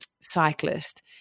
cyclist